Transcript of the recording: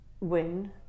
win